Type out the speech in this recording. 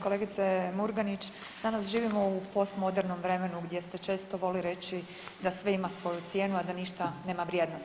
Kolegice Murganić danas živimo u postmodernom vremenu gdje se često voli reći da sve ima svoju cijenu, a da ništa nema vrijednost.